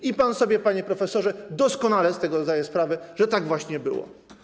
I pan sobie, panie profesorze, doskonale z tego zdaje sprawę, że tak właśnie było.